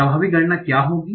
प्रभावी गणना क्या होगी